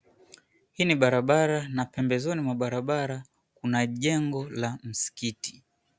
Hii ni barabara na pembezoni mwa barabara kuna jengo la msikiti.